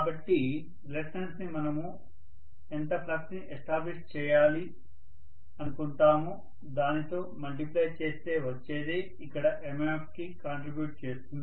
కాబట్టి రిలక్టన్స్ ని మనము ఎంత ఫ్లక్స్ ని ఎస్టాబ్లిష్ చేయాలి అనుకుంటామో దానితో మల్టిప్లై చేస్తే వచ్చేదే ఇక్కడ MMF కి కాంట్రిబ్యూట్ చేస్తుంది